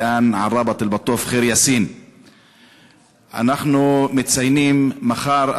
תרגומם:) אנחנו מציינים מחר,